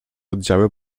oddziały